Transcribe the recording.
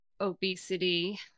obesity